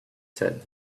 said